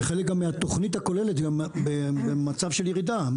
זה חלק גם מהתוכנית הכוללת במצב של ירידה,